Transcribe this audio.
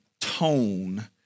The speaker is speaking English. tone